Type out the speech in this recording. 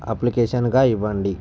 అప్లికేషన్గా ఇవ్వండి